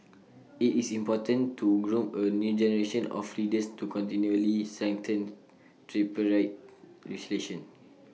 IT is important to groom A new generation of leaders to continually strengthen tripartite relationships